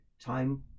time